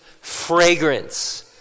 fragrance